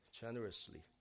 generously